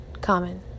common